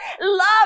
love